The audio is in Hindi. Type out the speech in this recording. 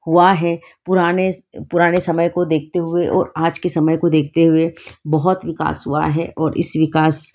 हुआ है पुराने पुराने समय को देखते हुए और आज के समय को देखते हुए बहुत विकास हुआ है और इस विकास